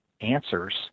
answers